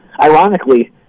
ironically